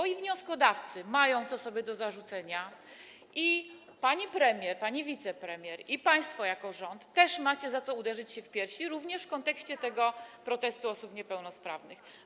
I wnioskodawcy mają co sobie zarzucić, i pani premier, pani wicepremier, i państwo jako rząd też macie za co uderzyć się w piersi, również w kontekście tego protestu osób niepełnosprawnych.